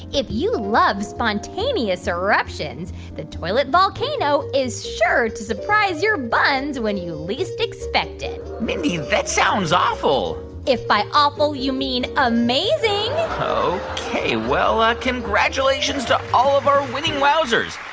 if you love spontaneous eruptions, the toilet volcano is sure to surprise your buns when you least expect it mindy, that sounds awful if by awful, you mean amazing ok. well, congratulations to all of our winning wowzers.